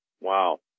Wow